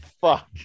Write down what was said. Fuck